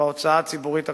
בהוצאה הציבורית הכוללת,